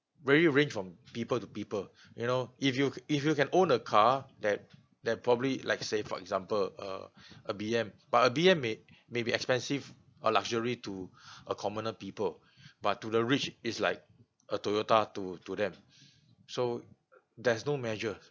very ranged from people to people you know if you if you can own a car that that probably like say for example uh a B_M but a B_M may may be expensive a luxury to a commoner people but to the rich is like a toyota to to them so there's no measures